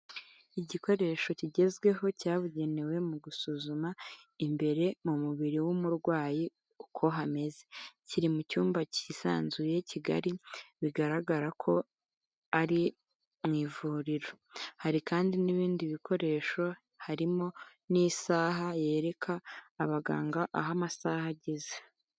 Igikoresho kigezweho cyabugenewe mu gusuzuma imbere mu mubiri w'umurwayi uko hameze, kiri mu cyumba cyisanzuye kigali bigaragara ko ari mu ivuriro, hari kandi n'ibindi bikoresho harimo n'isaha yereka abaganga aho amasaha ageze.